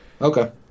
Okay